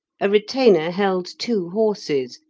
a retainer held two horses,